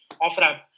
off-ramp